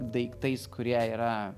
daiktais kurie yra